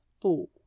Four